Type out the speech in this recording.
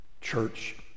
church